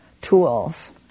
tools